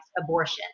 abortion